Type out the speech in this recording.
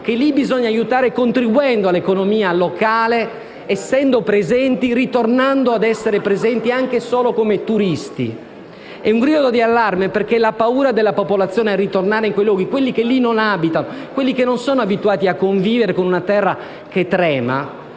che lì bisogna aiutare contribuendo all'economia locale, essendo presenti, tornando ad essere presenti, anche solo come turisti. È un grido di allarme, perché la paura della popolazione a ritornare in quei luoghi (quelli che lì non abitano, che non sono abituati a convivere con una terra che trema)